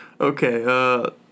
Okay